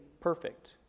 perfect